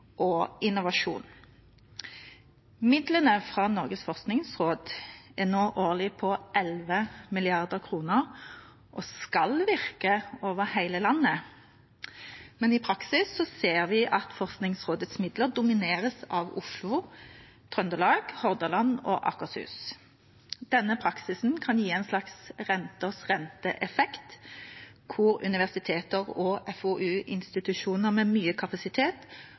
og innovasjon. Midlene fra Norges forskningsråd er nå årlig på 11 mrd. kr, og de skal virke over hele landet. Men i praksis ser vi at Forskningsrådets midler domineres av Oslo, Trøndelag, Hordaland og Akershus. Denne praksisen kan gi en slags renters-rente-effekt der universiteter og FoU-institusjoner med mye kapasitet